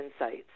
insights